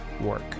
work